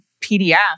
PDF